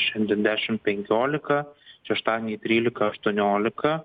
šiandien dešimt penkiolika šeštadienį trylika aštuoniolika